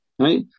Right